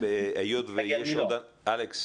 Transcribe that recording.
שני ילדים -- אלכס